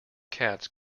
cats